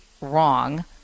wrong